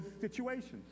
situations